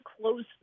close